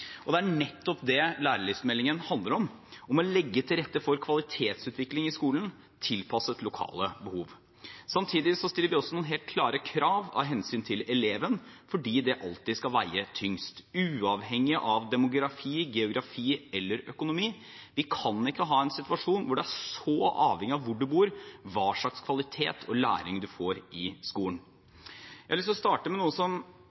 skolehverdag. Det er nettopp det lærelystmeldingen handler om – om å legge til rette for kvalitetsutvikling i skolen tilpasset lokale behov. Samtidig stiller vi også noen helt klare krav av hensyn til eleven fordi det alltid skal veie tyngst – uavhengig av demografi, geografi eller økonomi. Vi kan ikke ha en situasjon hvor det er så avhengig av hvor du bor, hva slags kvalitet og læring du får i skolen. Jeg har lyst til å starte med noe som